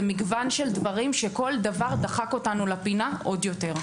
זה מגוון של דברים שכל דבר דחק אותנו לפינה עוד יותר.